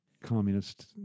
communist